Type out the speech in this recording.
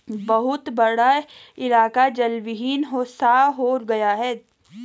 बहुत बड़ा इलाका जलविहीन सा हो गया है